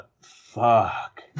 fuck